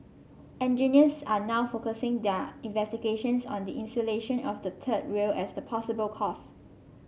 engineers are now focusing their investigations on the insulation of the third rail as the possible cause